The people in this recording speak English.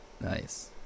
nice